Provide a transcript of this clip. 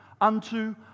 Unto